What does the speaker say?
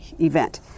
event